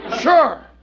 Sure